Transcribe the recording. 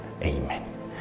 Amen